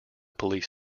police